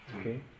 Okay